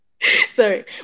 Sorry